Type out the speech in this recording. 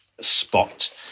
spot